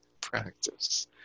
practice